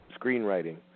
screenwriting